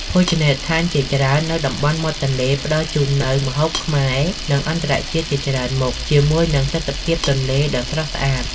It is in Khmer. ភោជនីយដ្ឋានជាច្រើននៅតំបន់មាត់ទន្លេ ផ្តល់ជូននូវម្ហូបខ្មែរ និងអន្តរជាតិជាច្រើនមុខ ជាមួយនឹងទិដ្ឋភាពទន្លេដ៏ស្រស់ស្អាត។